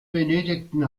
benötigten